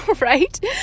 right